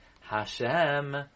Hashem